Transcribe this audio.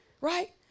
right